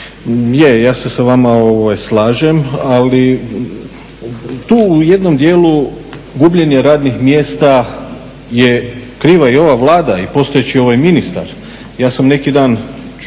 ja se sa vama slažem, ali tu u jednom dijelu gubljenje radnih mjesta je kriva i ova Vlada i postojeći ovaj ministar. Ja sam neki dan vidio